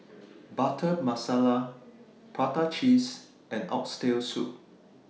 Butter Masala Prata Cheese and Oxtail Soup